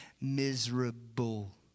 miserable